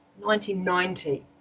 1990